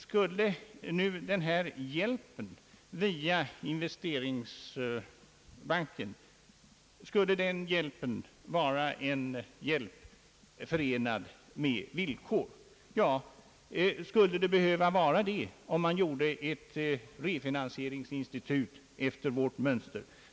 Skulle nu hjälpen via den s.k. investeringsbanken vara förenad med villkor? Skulle det behöva vara så, om man gjorde ett refinansieringsinstitut efter vårt mönster?